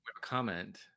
comment